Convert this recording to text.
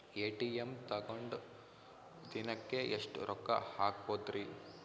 ATM ತಗೊಂಡ್ ದಿನಕ್ಕೆ ಎಷ್ಟ್ ರೊಕ್ಕ ಹಾಕ್ಬೊದ್ರಿ?